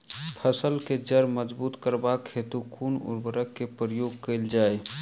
फसल केँ जड़ मजबूत करबाक हेतु कुन उर्वरक केँ प्रयोग कैल जाय?